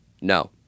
No